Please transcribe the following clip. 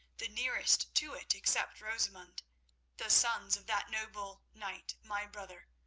the nearest to it except rosamund the sons of that noble knight, my brother.